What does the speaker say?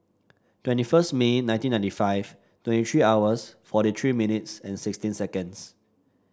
twenty first May nineteen ninety five twenty three hours forty three minutes and sixteen seconds